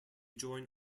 join